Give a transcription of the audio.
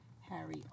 Harry